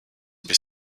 bis